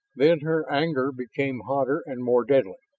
then her anger became hotter and more deadly.